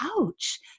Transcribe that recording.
ouch